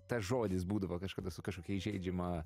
tas žodis būdavo kažkada su kažkokia įžeidžiama